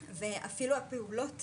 בוודאי,